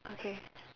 okay